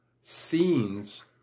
scenes